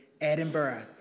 Edinburgh